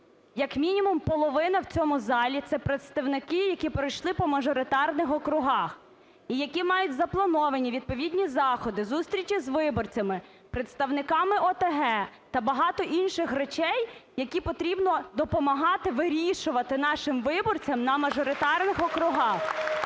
Як мінімум, половина в цьому залі – це представники, які пройшли по мажоритарних округах і які мають заплановані відповідні заходи, зустрічі з виборцями, представниками ОТГ та багато інших речей, які потрібно допомагати вирішувати нашим виборцям на мажоритарних округах.